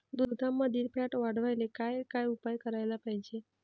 दुधामंदील फॅट वाढवायले काय काय उपाय करायले पाहिजे?